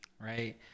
right